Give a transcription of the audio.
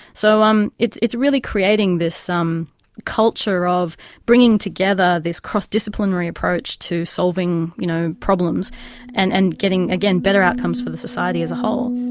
so um it's it's really creating this culture of bringing together this cross-disciplinary approach to solving you know problems and and getting, again, better outcomes for the society as a whole.